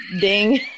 ding